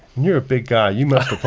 you're a big guy. you must